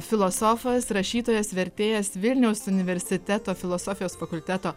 filosofas rašytojas vertėjas vilniaus universiteto filosofijos fakulteto